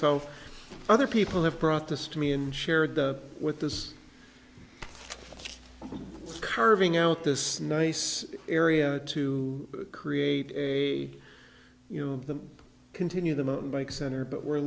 so other people have brought this to me and shared with this carving out this nice area to create a you know the continue the mountain bike center but we're